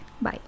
Bye